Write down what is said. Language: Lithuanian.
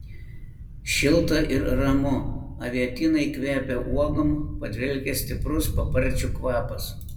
šilta ir ramu avietynai kvepia uogom padvelkia stiprus paparčių kvapas